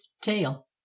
tail